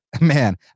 man